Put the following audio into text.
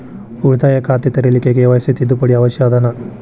ಉಳಿತಾಯ ಖಾತೆ ತೆರಿಲಿಕ್ಕೆ ಕೆ.ವೈ.ಸಿ ತಿದ್ದುಪಡಿ ಅವಶ್ಯ ಅದನಾ?